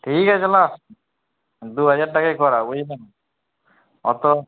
ঠিক আছে নাও দু হাজার টাকায় করাও বুঝলে অত